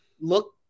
look